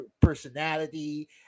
personality